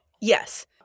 Yes